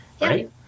Right